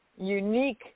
unique